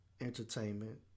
Entertainment